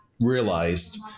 realized